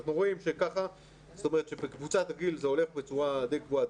אנחנו רואים שבקבוצת הגיל זה הולך בצורה די קבועה עד